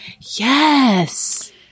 Yes